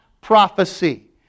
prophecy